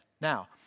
Now